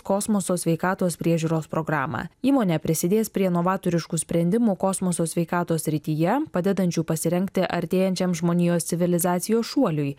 kosmoso sveikatos priežiūros programą įmonė prisidės prie novatoriškų sprendimų kosmoso sveikatos srityje padedančių pasirengti artėjančiam žmonijos civilizacijos šuoliui